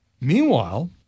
Meanwhile